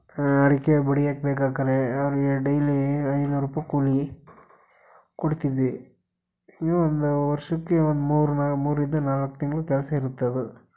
ಅಡಿಕೆ ಬಡಿಯಕ್ಕೆ ಬೇಕಾಕಾರೆ ಅವರಿಗೆ ಡೈಲಿ ಐನೂರು ರುಪಾ ಕೂಲಿ ಕೊಡ್ತಿದ್ವಿ ಈ ಒಂದು ವರ್ಷಕ್ಕೆ ಒಂದು ಮೂರು ನಾ ಮೂರರಿಂದ ನಾಲ್ಕು ತಿಂಗಳು ಕೆಲಸ ಇರುತ್ತದು